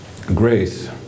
grace